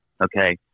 okay